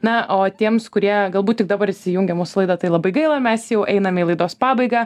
na o tiems kurie galbūt tik dabar įsijungia į mūsų laidą tai labai gaila mes jau einame į laidos pabaigą